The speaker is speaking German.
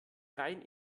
rein